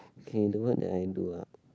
okay the work that I do ah